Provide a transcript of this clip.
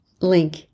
Link